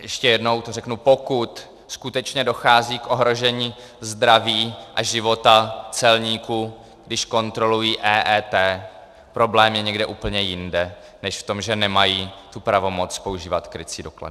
Ještě jednou to řeknu: pokud skutečně dochází k ohrožení zdraví a života celníků, když kontrolují EET, problém je někde úplně jinde než v tom, že nemají pravomoc používat krycí doklady.